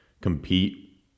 compete